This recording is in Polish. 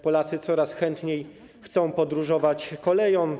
Polacy coraz chętniej chcą podróżować koleją.